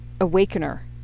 awakener